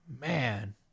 Man